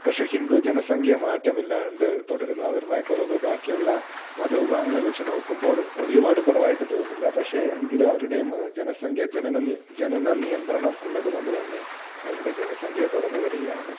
പക്ഷെ ഹിന്ദു ജനസംഖ്യ മാറ്റമില്ലാണ്ട് തുടരുന്നു അവരുടെ കുറവ് ബാക്കിയുള്ള മതവിഭാഗങ്ങളെ വെച്ച് നോക്കുമ്പോൾ ഒരുപാട് കുറവായിട്ട് തോന്നുന്നില്ല പക്ഷേ എങ്കിലും അവരുടെയും ജനസംഖ്യ ജനന നി ജനനനിയന്ത്രണം ഉള്ളതുകൊണ്ട് തന്നെ അവരുടെ ജനസംഖ്യ കുറഞ്ഞു വരികയാണ്